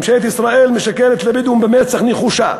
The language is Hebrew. ממשלת ישראל משקרת לבדואים במצח נחושה.